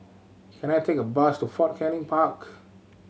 can I take a bus to Fort Canning Park